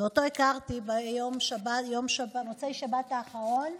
ואותו הכרתי במוצאי שבת האחרון.